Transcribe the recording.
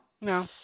No